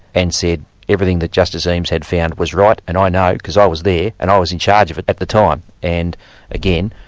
and said everything that justice eames had found was right. and i know because i was there, and i was in charge of it at the time. and again,